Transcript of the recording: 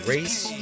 Race